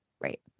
right